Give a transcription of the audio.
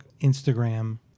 Instagram